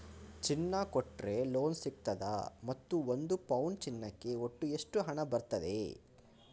ಚಿನ್ನ ಕೊಟ್ರೆ ಲೋನ್ ಸಿಗ್ತದಾ ಮತ್ತು ಒಂದು ಪೌನು ಚಿನ್ನಕ್ಕೆ ಒಟ್ಟು ಎಷ್ಟು ಹಣ ಬರ್ತದೆ?